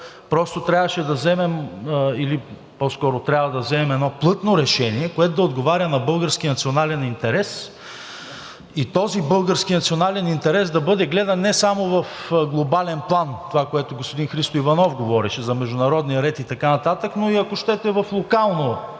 точно обратното, просто трябва да вземем едно плътно решение, което да отговаря на българския национален интерес и този български национален интерес да бъде гледан не само в глобален план – това, което господин Христо Иванов говореше – за международния ред и така нататък, но и ако щете в локално